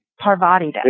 Parvati